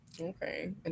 Okay